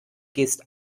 gehst